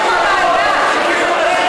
אני מודיע לכם, תמתינו שוועדת